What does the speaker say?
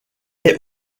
est